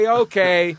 okay